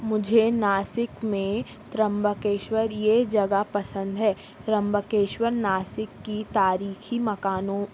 مجھے ناسک میں ترمباکیشور یہ جگہ پسند ہے ترمباکیشور ناسک کی تاریخی مکانوں